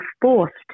forced